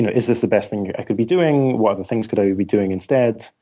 is this the best thing that i could be doing? what other things could i be be doing instead?